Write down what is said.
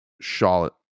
Charlotte